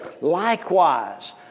likewise